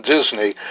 Disney